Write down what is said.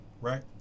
Right